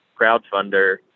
crowdfunder